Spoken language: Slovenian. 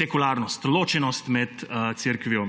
sekularnost, ločenost med cerkvijo